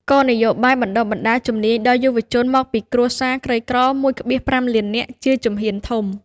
គោលនយោបាយបណ្ដុះបណ្ដាលជំនាញដល់យុវជនមកពីគ្រួសារក្រីក្រ ១,៥ លាននាក់ ជាជំហានធំ។